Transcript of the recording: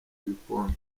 ibikombe